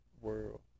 world